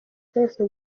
zahise